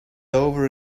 over